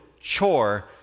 chore